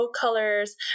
colors